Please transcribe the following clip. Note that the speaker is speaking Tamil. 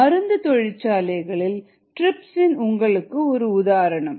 மருந்து தொழிற்சாலைகளில் ட்ரிப்ஸ்இன் உங்களுக்கு ஒரு உதாரணம்